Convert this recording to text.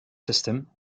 system